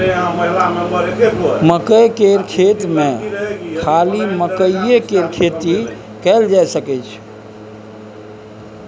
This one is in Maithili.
मकई केर खेत मे खाली मकईए केर खेती कएल जाई छै